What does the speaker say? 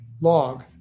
log